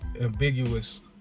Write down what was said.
ambiguous